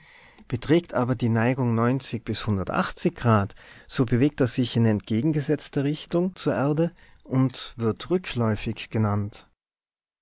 beträgt aber die neigung bis grad so bewegt er sich in entgegengesetzter richtung zur erde und wird rückläufig genannt